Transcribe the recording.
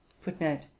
Footnote